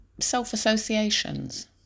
self-associations